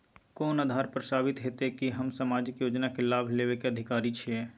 कोन आधार पर साबित हेते की हम सामाजिक योजना के लाभ लेबे के अधिकारी छिये?